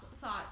thoughts